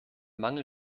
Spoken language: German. mangel